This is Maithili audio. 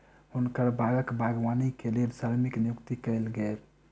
हुनकर बागक बागवानी के लेल श्रमिक नियुक्त कयल गेल